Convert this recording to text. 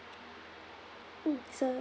mm so